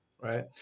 right